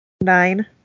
Nine